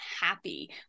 happy